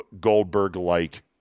Goldberg-like